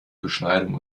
beschneidung